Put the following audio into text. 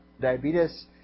diabetes